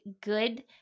good